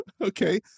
okay